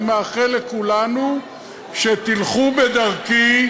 אני מאחל לכולנו שתלכו בדרכי,